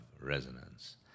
resonance